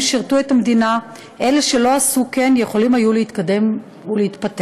שירתו את המדינה אלה שלא עשו כן יכולים היו להתקדם ולהתפתח.